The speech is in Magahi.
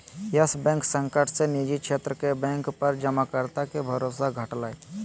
यस बैंक संकट से निजी क्षेत्र के बैंक पर जमाकर्ता के भरोसा घटलय